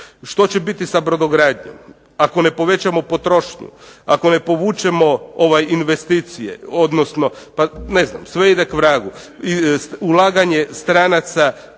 Što će biti sa brodogradnjom? Ako ne povećamo potrošnju, ako ne povučemo investicije, sve ide k vragu. Ulaganje stranaca